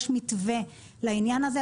יש מתווה לעניין הזה,